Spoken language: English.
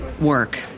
work